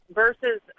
versus